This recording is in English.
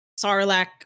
Sarlacc